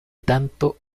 tanto